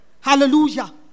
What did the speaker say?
Hallelujah